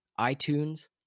iTunes